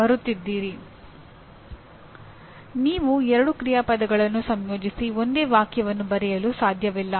ಆದ್ದರಿಂದ ಮೊದಲ ಎರಡು ನಿಜವಾಗಿಯೂ ಶಿಸ್ತಿನ ಅವಶ್ಯಕತೆಗಳು